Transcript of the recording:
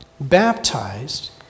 baptized